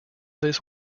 this